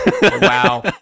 wow